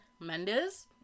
Mendes